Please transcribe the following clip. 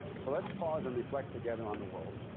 so let's pause and reflect together on the world.